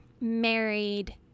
married